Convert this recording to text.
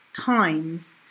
times